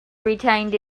retained